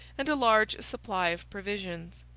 and a large supply of provisions.